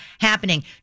happening